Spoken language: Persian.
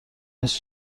نیست